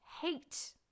hate